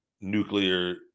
nuclear